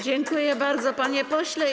Dziękuję bardzo, panie pośle.